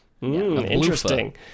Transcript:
interesting